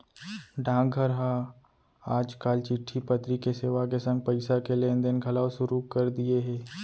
डाकघर हर आज काल चिट्टी पतरी के सेवा के संग पइसा के लेन देन घलौ सुरू कर दिये हे